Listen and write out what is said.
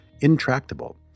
intractable